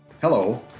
Hello